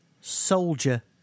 Soldier